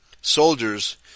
soldiers